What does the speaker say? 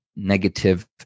negative